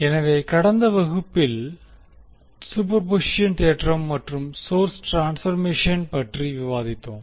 எனவே கடந்த வகுப்பில் சூப்பர்பொசிஷன் தேற்றம் மற்றும் சோர்ஸ் ட்ரான்பர்மேஷன் பற்றி விவாதித்தோம்